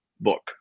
book